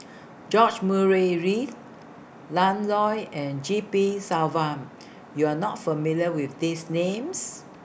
George Murray Reith Lan Loy and G P Selvam YOU Are not familiar with These Names